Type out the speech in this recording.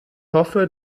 hoffe